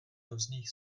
různých